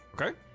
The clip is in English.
Okay